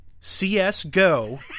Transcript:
CSGO